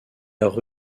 leur